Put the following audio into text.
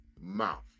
mouth